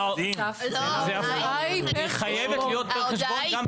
היא חייבת להיות פר חשבון.